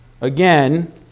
again